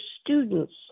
students